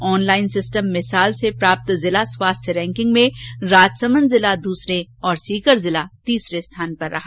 online system मिसाल से प्राप्त जिला स्वास्थ्य रैंकिंग में राजसमंद जिला दूसरे और सीकर जिला तीसरे स्थान पर रहा